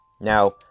Now